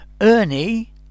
ernie